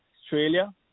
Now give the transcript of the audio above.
Australia